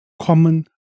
common